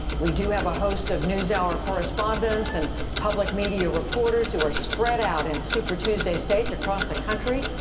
we do have a host of newshour correspondents and public media reporters who are spread out in super tuesday states across the country,